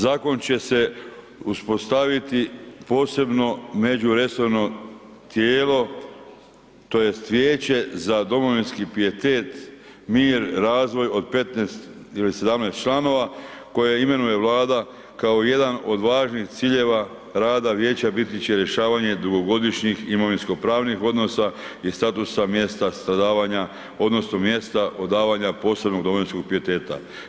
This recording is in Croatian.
Zakon će se uspostaviti posebno među resorno tijelo tj. vijeće za domovinski pijetet, mir i razvoj od 15 ili 17 članova koje imenuje Vlada kao jedan od važnih ciljeva rada vijeća biti će rješavanje dugogodišnjih imovinskopravnih odnosa i statusa mjesta stradavanja odnosno mjesta odavanja posebnog domovinskog pijeteta.